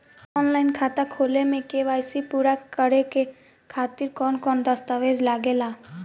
Online खाता खोले में के.वाइ.सी पूरा करे खातिर कवन कवन दस्तावेज लागे ला?